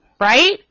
right